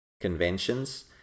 conventions